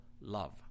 love